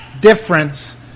difference